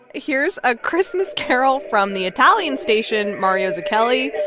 here's a christmas carol from the italian station, mario zucchelli,